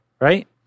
Right